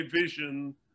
vision